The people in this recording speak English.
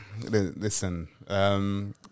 Listen